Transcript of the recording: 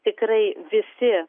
tikrai visi